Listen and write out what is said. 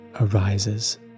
arises